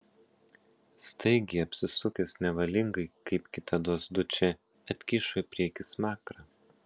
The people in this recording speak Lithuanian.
staigiai apsisukęs nevalingai kaip kitados dučė atkišo į priekį smakrą